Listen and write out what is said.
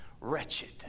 wretched